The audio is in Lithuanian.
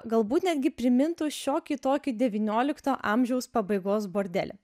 galbūt netgi primintų šiokį tokį devyniolikto amžiaus pabaigos bordelį